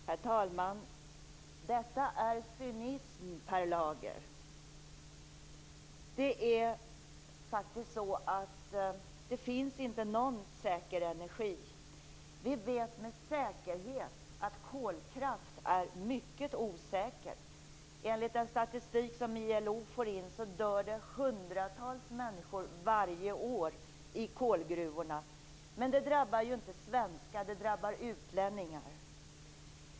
Herr talman! Detta är cynism, Per Lager! Det finns inte någon säker energi. Vi vet med säkerhet att kolkraft är mycket osäker. Enligt den statistik som ILO får in dör det hundratals människor varje år i kolgruvorna. Men det drabbar ju inte svenskar, det drabbar utlänningar.